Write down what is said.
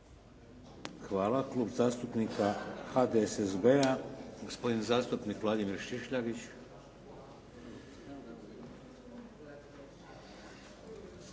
Hvala. Klub zastupnika HDSSB-a gospodin zastupnik Vladimir Šišljagić.